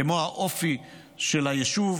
כמו האופי של היישוב.